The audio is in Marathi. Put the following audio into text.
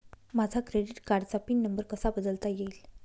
माझ्या क्रेडिट कार्डचा पिन नंबर कसा बदलता येईल?